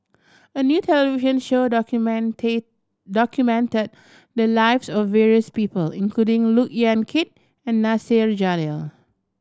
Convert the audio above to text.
a new television show documented documented the lives of various people including Look Yan Kit and Nasir Jalil